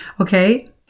okay